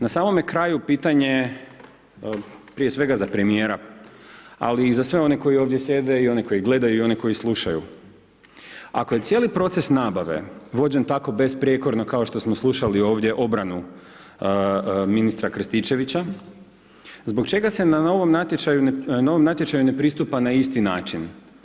Na samome kraju pitanje, prije svega za premijera, ali i za sve one koji ovdje sjede i one koji gledaju i one koji slušaju, ako je cijeli proces nabave vođen tako besprijekorno kao što smo slušali ovdje obranu ministra Krstičevića, zbog čega se na novom natječaju ne pristupa na isti način?